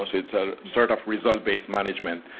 ah it's ah sort of result-based management.